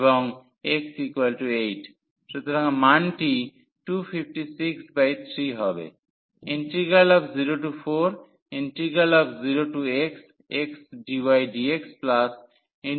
সুতরাং মানটি 2563 হবে